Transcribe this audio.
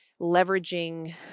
leveraging